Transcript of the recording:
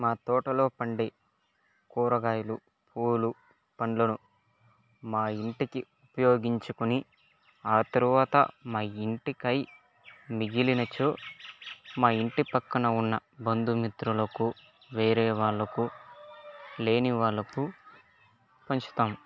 మా తోటలో పండే కూరగాయలు పూలు పండ్లను మా ఇంటికి ఉపయోగించుకొని ఆ తరువాత మా ఇంటికై మిగిలినచో మా ఇంటి పక్కన ఉన్న బంధుమిత్రులకు వేరే వాళ్ళకు లేని వాళ్ళకు పంచుతాం